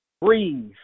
breathe